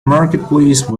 marketplace